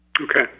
okay